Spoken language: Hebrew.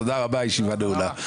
תודה רבה, הישיבה נעולה.